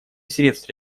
средств